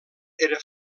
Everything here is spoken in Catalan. era